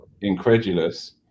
incredulous